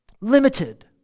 limited